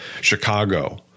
Chicago